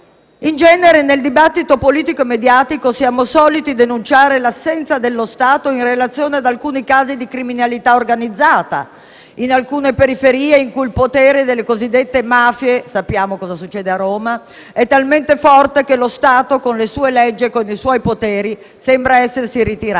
In genere, nel dibattito politico e mediatico siamo soliti denunciare l'assenza dello Stato in relazione ad alcuni casi di criminalità organizzata, in alcune periferie in cui il potere delle cosiddette mafie (sappiamo cosa succede a Roma) è talmente forte che lo Stato, con le sue leggi e con i suoi poteri, sembra essersi ritirato.